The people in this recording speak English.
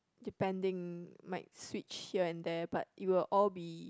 depending might switch here and there but it will all be